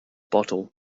bottle